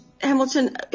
Hamilton